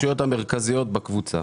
ל-CBC.